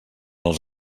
els